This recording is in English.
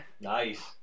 Nice